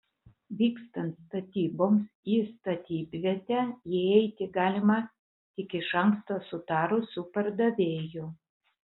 vykstant statyboms į statybvietę įeiti galima tik iš anksto sutarus su pardavėju